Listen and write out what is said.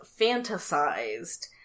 fantasized